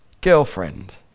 girlfriend